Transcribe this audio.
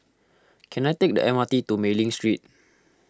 can I take the M R T to Mei Ling Street